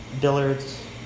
Dillard's